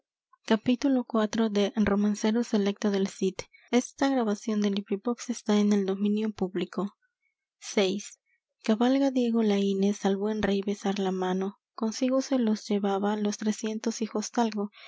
vi cabalga diego laínez al buen rey besar la mano consigo se los llevaba los trescientos